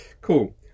Cool